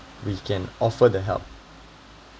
we can offer the help